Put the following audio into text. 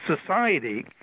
society